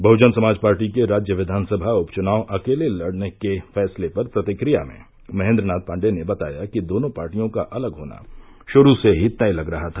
बहुजन Samaj Party के राज्य क्यिानसभा उपचुनाव अकेले लड़ने के फैसले पर प्रतिक्रिया में महेन्द्रनाथ पांडेय ने बताया कि दोनों पार्टियों का अलग होना शुरू से ही तय लग रहा था